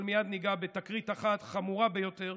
אבל מייד ניגע בתקרית אחת חמורה ביותר,